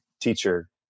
teacher